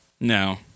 No